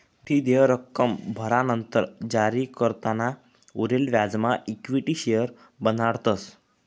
बठ्ठी देय रक्कम भरानंतर जारीकर्ताना उरेल व्याजना इक्विटी शेअर्स बनाडतस